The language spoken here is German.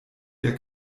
der